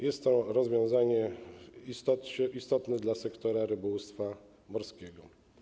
Jest to rozwiązanie istotne dla sektora rybołówstwa morskiego.